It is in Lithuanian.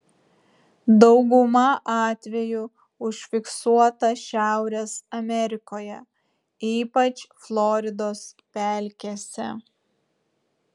dauguma atvejų užfiksuota šiaurės amerikoje ypač floridos pelkėse